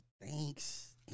Thanks